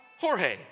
Jorge